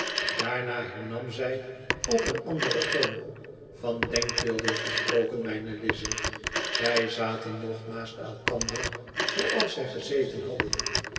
daarna hernam zij op een anderen toon van denkbeelden gesproken mijne lize zij zaten nog naast elkander zooals zij gezeten hadden